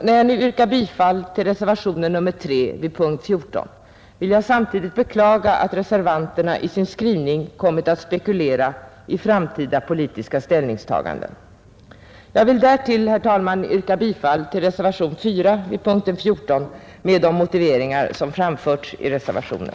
När jag nu yrkar bifall till reservationen 3 vid punkten 14 vill jag samtidigt beklaga att reservanterna i sin skrivning kommit att spekulera i framtida politiska ställningstaganden. Jag vill därtill, herr talman, yrka bifall till reservationen 4 vid punkten 14 med de motiveringar som framförts i reservationen.